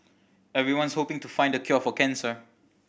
everyone's hoping to find the cure for cancer